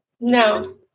No